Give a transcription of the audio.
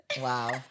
Wow